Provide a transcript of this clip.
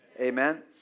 Amen